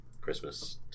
Christmas